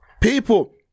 People